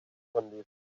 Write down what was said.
von